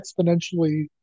exponentially